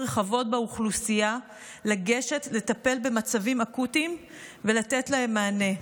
רחבות באוכלוסייה לגשת לטפל במצבים אקוטיים ולתת להם מענה,